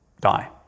die